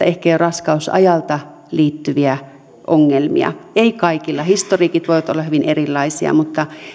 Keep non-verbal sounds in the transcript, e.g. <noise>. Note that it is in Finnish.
<unintelligible> ehkä jo raskausajalta liittyviä ongelmia <unintelligible> ei kaikilla historiikit voivat olla hyvin erilaisia mutta <unintelligible>